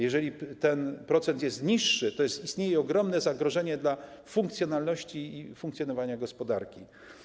Jeżeli ten procent jest niższy, to istnieje ogromne zagrożenie dla funkcjonalności i funkcjonowania gospodarki.